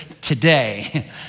today